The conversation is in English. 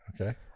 Okay